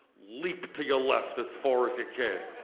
leap to your left as far as you can.